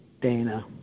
Dana